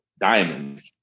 diamonds